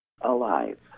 alive